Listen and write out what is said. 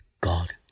God